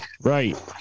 right